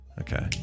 Okay